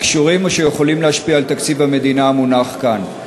הקשורים או היכולים להשפיע על תקציב המדינה המונח כאן.